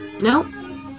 No